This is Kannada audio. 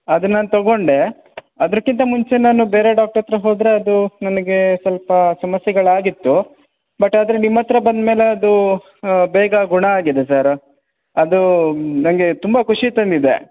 ಅದು ನಾ ತಗೊಂಡೇ ಅದರಕ್ಕಿಂತ ಮುಂಚೆ ನಾನು ಬೇರೆ ಡಾಕ್ಟ್ರ್ ಹತ್ತಿರ ಹೋದರೆ ಅದೂ ನನಗೇ ಸ್ವಲ್ಪಾ ಸಮಸ್ಯೆಗಳಾಗಿತ್ತು ಬಟ್ ಆದರೆ ನಿಮ್ಮತ್ರ ಬಂದು ಮೇಲೆ ಅದೂ ಹಾಂ ಬೇಗ ಗುಣ ಆಗಿದೆ ಸರ್ ಅದು ನನ್ಗೆ ತುಂಬ ಖುಷಿ ತಂದಿದೆ